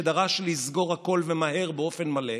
שדרש לסגור הכול ומהר באופן מלא.